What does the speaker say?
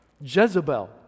Jezebel